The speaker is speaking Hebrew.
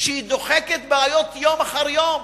שהיא דוחקת בעיות יום אחר יום,